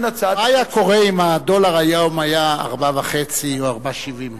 מה היה קורה אם הדולר היום היה 4.5 או 4.7?